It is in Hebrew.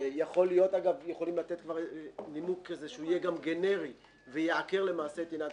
יכולים לתת נימוק שיהיה גנרי ויעקר את עניין התחרות.